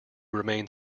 remained